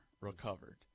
recovered